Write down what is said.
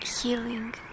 healing